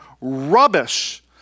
rubbish